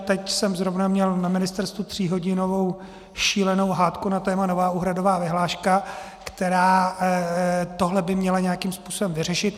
Teď jsem zrovna měl na ministerstvu tříhodinovou šílenou hádku na téma nová úhradová vyhláška, která by tohle měla nějakým způsobem vyřešit.